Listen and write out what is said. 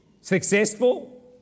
successful